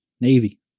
Navy